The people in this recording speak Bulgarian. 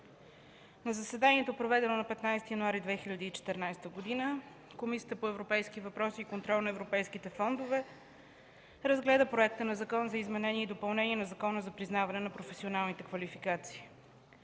На заседание, проведено на 15 януари 2014 г., Комисията по европейските въпроси и контрол на европейските фондове разгледа Законопроект за изменение и допълнение на Закона за признаване на професионални квалификации,